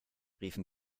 riefen